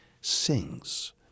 sings